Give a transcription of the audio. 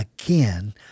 Again